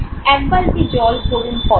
এক বালতি জল ভরুন কল থেকে